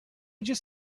just